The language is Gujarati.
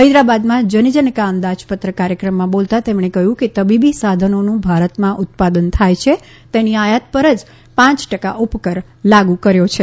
હૈદરાબાદમાં જનજનકા અંદાજપત્ર કાર્યક્રમમાં બોલતાં તેમણે કહ્યું કે જે તબીબી સાધનોનું ભારતમાં ઉત્પાદન થાય છે તેની આયાત પર જ પાંચ ટકા ઉપકર લાગુ કર્યો છે